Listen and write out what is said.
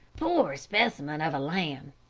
poor specimen of a lamb.